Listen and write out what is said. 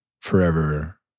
forever